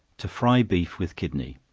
to fry beef with kidney.